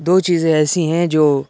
دو چیزیں ایسی ہیں جو